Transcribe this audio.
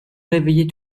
réveillez